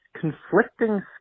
conflicting